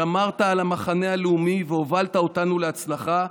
שמרת על המחנה הלאומי והובלת אותנו להצלחה.